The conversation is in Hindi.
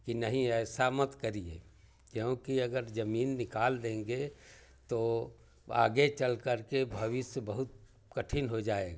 कि नहीं ऐसा मत करिए क्योंकि अगर जमीन निकाल देंगे तो आगे चलकर के भविष्य बहुत कठिन हो जाएगा